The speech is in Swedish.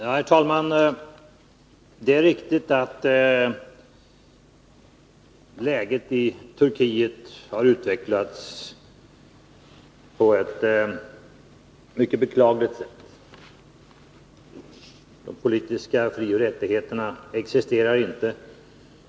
Herr talman! Det är riktigt att läget i Turkiet har utvecklats på ett mycket beklagligt sätt. De politiska frioch rättigheterna existerar inte.